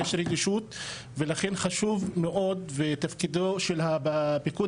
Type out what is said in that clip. יש רגישות ולכן חשוב שתפקידו של הפיקוד